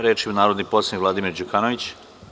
Reč ima narodni poslanik Vladimir Đukanović.